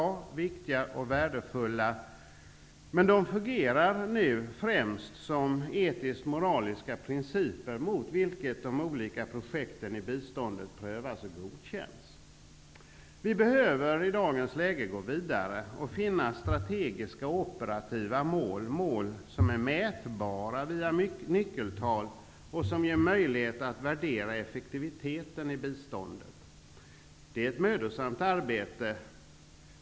De är viktiga och värdefulla, men de fungerar nu främst som etiskmoraliska principer, mot vilka de olika projekten i biståndet prövas och godkänns. I dagens läge behöver vi gå vidare för att finna strategiska och operativa mål -- mål som är mätbara via nyckeltal och som gör det möjligt att värdera effektiviteten i biståndet. Det är ett mödosamt arbete.